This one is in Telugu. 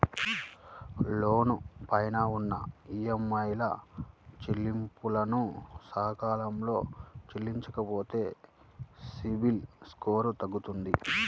లోను పైన ఉన్న ఈఎంఐల చెల్లింపులను సకాలంలో చెయ్యకపోతే సిబిల్ స్కోరు తగ్గుతుంది